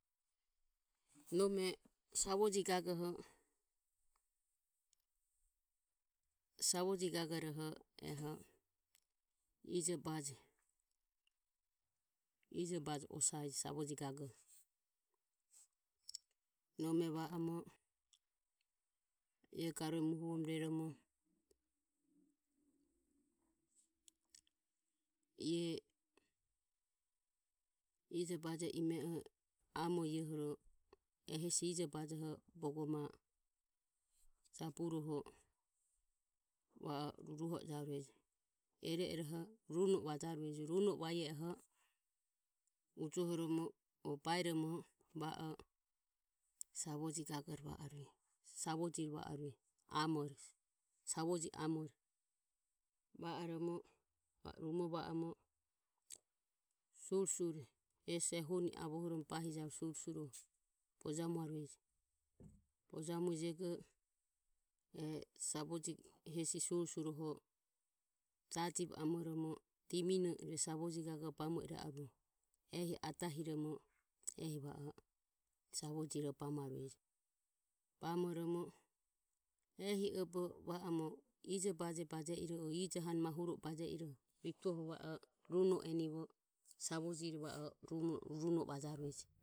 Nome savoji gagoho savoji gagoroho eho ijobaje, ijobaje osaeje savoji gagoho. Nome va oromo Ie garue muhuvoromo rueromo ie ijobaje ime oho amore io huro ehesi ijobajoho bogo ma jaboroho va o ruruho ojarueje. Ioro’ ioroho runo e vajarue runo e va ie oho ujohoromo o baeromo va o savoji gagore va arueje savojire va arueje amore savoji amore. Va oromo va o rumo va oromo surisuri hesi ehuni avohoromo bahijarue suri suri bojamuaruje. Bojamuijego e savoji hesi suri suroho jajivo amoromo dimno e e savoji gagore bamo ire aruoho ehi adhiromo ehi va o savojire bamarueje. Bamoromo ehi obe va orono ijobaje baje iroho o ijohane mahuro e baje iroho vituoho e runo enivo savojire va o runo e vajarueje.